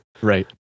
Right